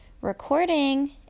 recording